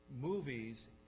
movies